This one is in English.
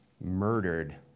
murdered